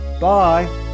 Bye